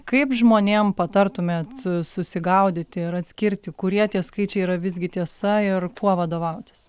kaip žmonėm patartumėt susigaudyti ir atskirti kurie tie skaičiai yra visgi tiesa ir kuo vadovautis